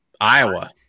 Iowa